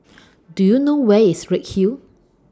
Do YOU know Where IS Redhill